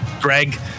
Greg